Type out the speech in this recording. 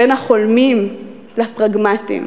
בין החולמים לפרגמטיים,